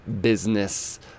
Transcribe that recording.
business